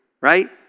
right